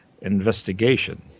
investigation